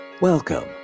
Welcome